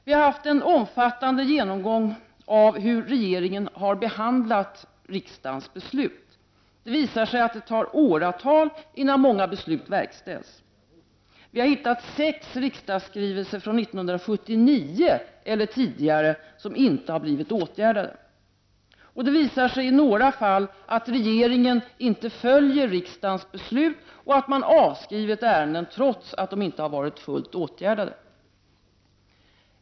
Vi har haft en omfattande genomgång av hur regeringen har behandlat riksdagens beslut. Det har visat sig att det tar åratal innan många beslut verkställs. Vi har hittat sex riksdagsskrivelser från 1979 eller tidigare som inte blivit åtgärdade. Det har visat sig i några fall att regeringen inte följer riksdagens beslut och att man avskrivit ärenden trots att de inte har varit fullt åtgärdade.